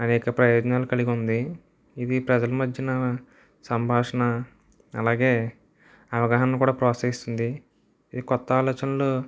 అనేక ప్రయోజనాలు కలిగుంది ఇది ప్రజల మధ్యన సంభాషణ అలాగే అవగాహనను కూడా ప్రోత్సహిస్తుంది ఈ కొత్త ఆలోచనలు